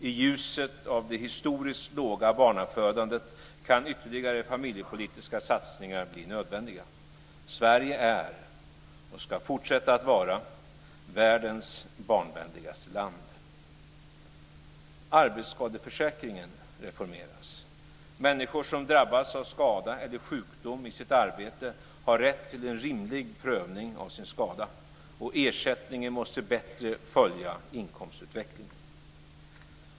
I ljuset av det historiskt låga barnafödandet kan ytterligare familjepolitiska satsningar bli nödvändiga. Sverige är, och ska fortsätta att vara, världens barnvänligaste land. · Arbetsskadeförsäkringen reformeras. Människor som drabbas av skada eller sjukdom i sitt arbete har rätt till en rimlig prövning av sin skada, och ersättningen måste bättre följa inkomstutvecklingen.